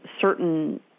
certain